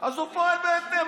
אז הוא פועל בהתאם.